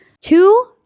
Two